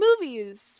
movies